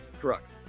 Correct